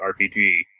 rpg